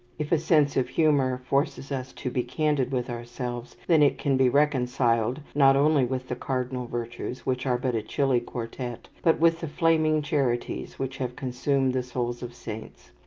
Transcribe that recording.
if a sense of humour forces us to be candid with ourselves, then it can be reconciled, not only with the cardinal virtues which are but a chilly quartette but with the flaming charities which have consumed the souls of saints.